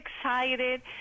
excited